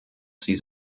sie